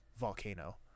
volcano